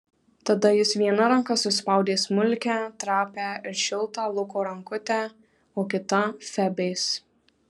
tada jis viena ranka suspaudė smulkią trapią ir šiltą luko rankutę o kita febės